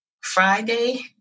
Friday